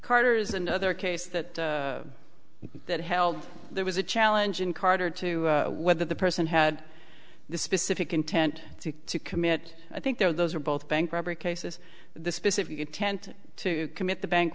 carter is another case that that held there was a challenge in carter to whether the person had the specific intent to commit i think those are both bank robbery cases the specific intent to commit the bank